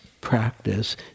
practice